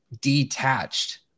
detached